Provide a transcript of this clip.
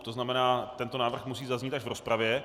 To znamená, tento návrh musí zaznít až v rozpravě.